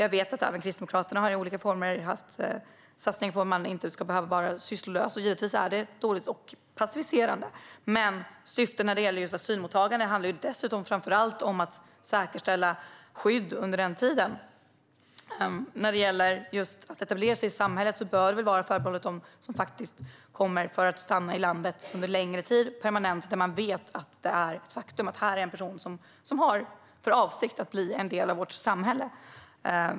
Jag vet att även Kristdemokraterna i olika former har haft satsningar på att man inte ska behöva vara sysslolös. Det är givetvis dåligt och passiviserande. Men syftet med just asylmottagande handlar dessutom framför allt om att säkerställa skydd under den tiden. När det gäller att etablera sig i samhället bör det vara förbehållet dem som faktiskt kommer för att stanna i landet under en längre tid, permanent, då man vet att det är ett faktum att det är personer som har för avsikt att bli en del av vårt samhälle.